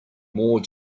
more